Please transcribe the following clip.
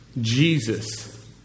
Jesus